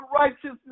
righteousness